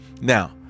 Now